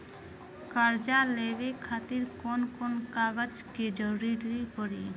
कर्जा लेवे खातिर कौन कौन कागज के जरूरी पड़ी?